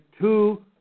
two